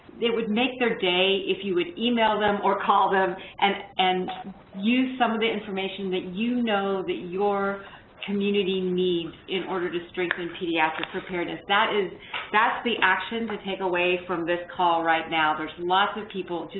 it would make their day if you would e-mail them or call them and and use some of the information that you know that your community needs in order to strengthen pediatric preparedness. that is that's the action to take away from this call right now. there's lots of people,